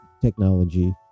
technology